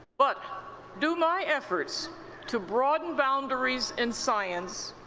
but do my efforts to broaden boundaries in science,